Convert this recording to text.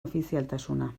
ofizialtasuna